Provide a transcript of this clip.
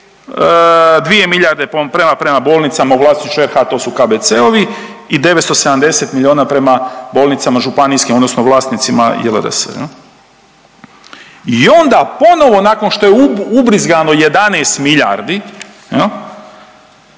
2 milijarde prema, prema bolnicama u vlasništvu RH, to su KBC-ovi i 970 milijuna prema bolnicama županijskim odnosno vlasnicima JLRS jel. I onda ponovo nakon što je ubrizgano 11 milijardi